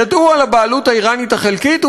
ידעו על הבעלות האיראנית החלקית,